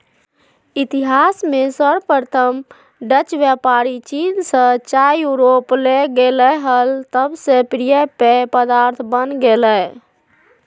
इतिहास में सर्वप्रथम डचव्यापारीचीन से चाययूरोपले गेले हल तब से प्रिय पेय पदार्थ बन गेलय